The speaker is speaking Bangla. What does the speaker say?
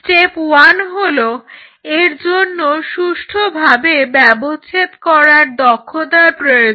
স্টেপ ওয়ান হলো এর জন্য সুষ্ঠুভাবে ব্যবচ্ছেদ করার দক্ষতার প্রয়োজন